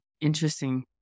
Interesting